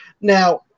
Now